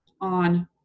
on